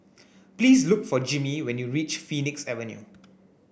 please look for Jimmy when you reach Phoenix Avenue